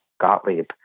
Gottlieb